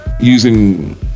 using